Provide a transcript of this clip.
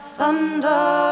thunder